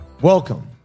welcome